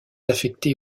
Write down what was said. affectée